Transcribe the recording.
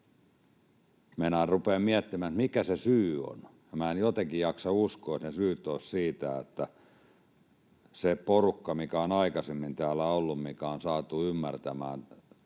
Meinaan, että rupean miettimään, mikä se syy on, ja minä en jotenkin jaksa uskoa, että syyt olisivat siinä, että se porukka, mikä on aikaisemmin täällä ollut, mikä on saatu ymmärtämään